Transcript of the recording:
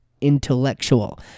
Intellectual